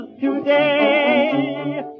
today